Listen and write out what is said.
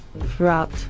throughout